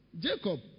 Jacob